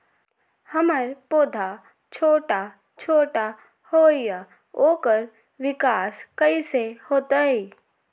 हमर पौधा छोटा छोटा होईया ओकर विकास कईसे होतई?